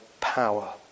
power